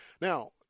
Now